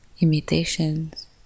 imitations